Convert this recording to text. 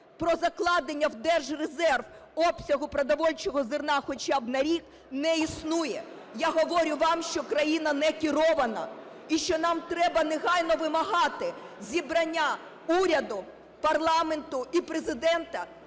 про закладення в держрезерв обсягу продовольчого зерна хоча б на рік не існує. Я говорю вам, що країна некерована і що нам треба негайно вимагати зібрання уряду, парламенту і Президента,